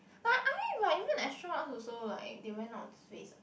like I like even extra one also like they ran out of space